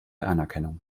anerkennung